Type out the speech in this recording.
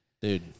Dude